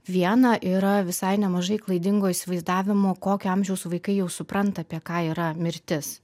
viena yra visai nemažai klaidingo įsivaizdavimo kokio amžiaus vaikai jau supranta apie ką yra mirtis